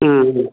ஆ ஆ